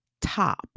top